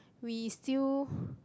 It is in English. we still